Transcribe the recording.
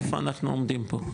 איפה אנחנו עומדים פה,